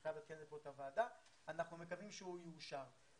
אנחנו מקווים שהוא יאושר.